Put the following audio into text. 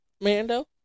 Mando